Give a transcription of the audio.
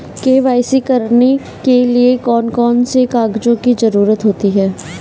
KYC करने के लिए कौन कौन से कागजों की जरूरत होती है?